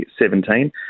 2017